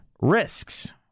risks